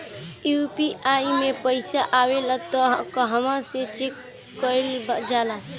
UPI मे पइसा आबेला त कहवा से चेक कईल जाला?